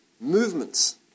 movements